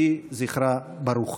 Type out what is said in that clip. יהי זכרה ברוך.